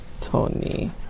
Tony